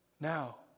now